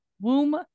womb